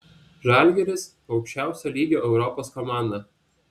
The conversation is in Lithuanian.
žalgiris aukščiausio lygio europos komanda